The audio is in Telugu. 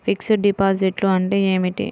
ఫిక్సడ్ డిపాజిట్లు అంటే ఏమిటి?